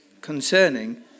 concerning